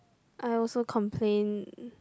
I also complain